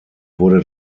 wurde